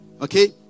okay